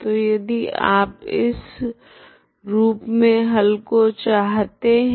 तो यदि आप इस रूप मे हल को चाहते है